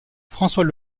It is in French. françois